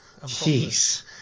jeez